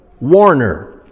Warner